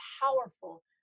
powerful